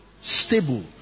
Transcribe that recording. stable